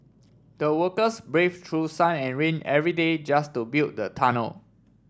the workers braved through sun and rain every day just to build the tunnel